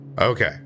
Okay